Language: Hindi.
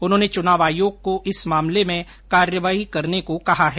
उन्होंने चुनाव आयोग को इस मामले में कार्यवाही करने को कहा है